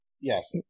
yes